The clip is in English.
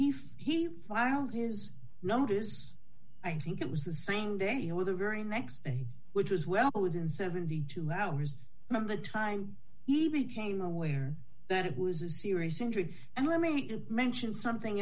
if he filed his notice i think it was the same day when the very next day which was well within seventy two hours of the time even became aware that it was a serious injury and let me mention something